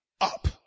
up